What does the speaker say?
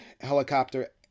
helicopter